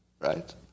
right